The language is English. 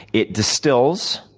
it distills,